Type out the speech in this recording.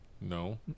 No